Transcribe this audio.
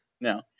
no